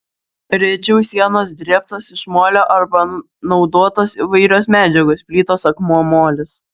rečiau sienos drėbtos iš molio arba naudotos įvairios medžiagos plytos akmuo molis